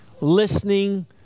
listening